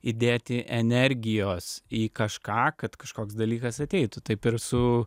įdėti energijos į kažką kad kažkoks dalykas ateitų taip ir su